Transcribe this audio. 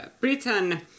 britain